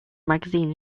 magazine